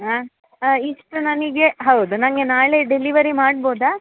ಹಾಂ ಇಷ್ಟು ನನಗೆ ಹೌದು ನನಗೆ ನಾಳೆ ಡೆಲಿವರಿ ಮಾಡ್ಬೋದ